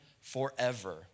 forever